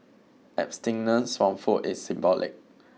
abstinence from food is symbolic